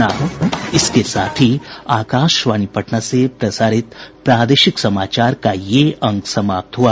इसके साथ ही आकाशवाणी पटना से प्रसारित प्रादेशिक समाचार का ये अंक समाप्त हुआ